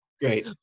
Great